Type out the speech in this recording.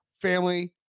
family